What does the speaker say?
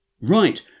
right